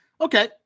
Okay